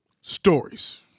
Stories